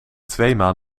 tweemaal